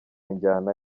njyana